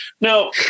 Now